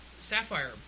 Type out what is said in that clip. sapphire